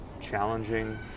challenging